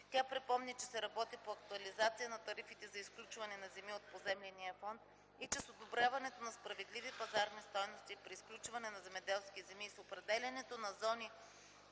Тя припомни, че се работи по актуализация на тарифите за изключване на земи от поземления фонд и че с одобряването на справедливи пазарни стойности при изключване на земеделски земи и с определянето на зони,